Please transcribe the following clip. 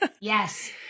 yes